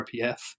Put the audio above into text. RPF